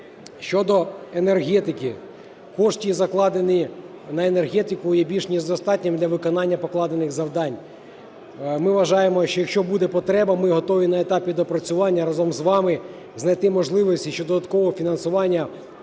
Щодо енергетики. Кошти, закладені на енергетику, є більш ніж достатніми для виконання покладених завдань. Ми вважаємо, що якщо буде потреба, ми готові на етапі доопрацювання разом з вами знайти можливості ще додаткового фінансування